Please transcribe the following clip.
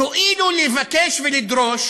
תואילו לבקש ולדרוש